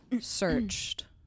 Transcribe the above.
searched